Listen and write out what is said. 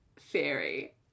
theory